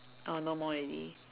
oh no more already